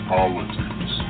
Politics